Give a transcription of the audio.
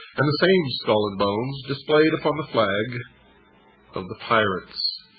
and the same skull and bones displayed upon the flag of the pirates.